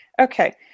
Okay